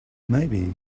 maybe